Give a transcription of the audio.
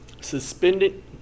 suspended